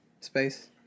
space